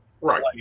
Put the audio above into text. right